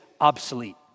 obsolete